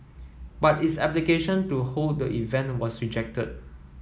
but its application to hold the event was rejected